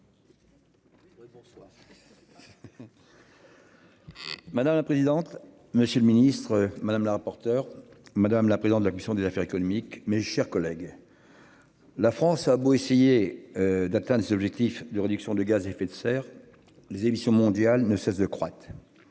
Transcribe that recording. Madame la présidente, monsieur le ministre, madame la rapporteur, madame la présidente de la Mission des affaires économiques. Mes chers collègues. La France a beau essayer d'atteindre objectif de réduction de gaz à effet de serre. Les émissions mondiales ne cesse de croître.